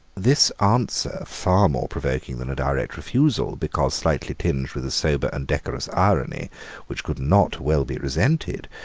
this answer, far more provoking than a direct refusal, because slightly tinged with a sober and decorous irony which could not well be resented,